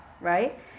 right